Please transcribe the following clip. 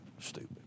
stupid